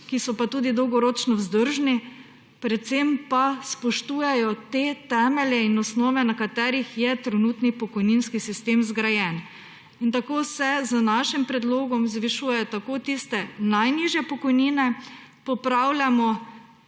ki so pa tudi dolgoročno vzdržni, predvsem pa spoštujejo te temelje in osnove, na katerih je trenutni pokojninski sistem zgrajen. In tako se z našim predlogom zvišuje tako tiste najnižje pokojnine, popravljamo